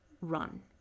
run